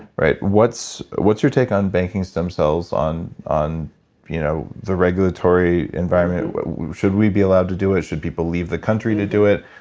what's what's your take on banking stem cells on on you know the regulatory environment? should we be allowed to do it? should people leave the country to do it?